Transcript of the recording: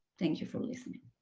thank you for listening.